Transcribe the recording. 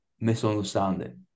misunderstanding